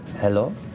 Hello